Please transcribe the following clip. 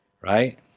right